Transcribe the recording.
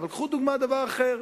אבל קחו לדוגמה דבר אחר: